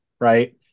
Right